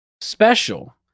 special